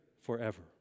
forever